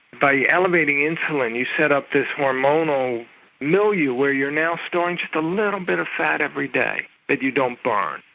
by elevating insulin you set up this hormonal milieu where you're now storing just a little bit of fat every day that you don't burn.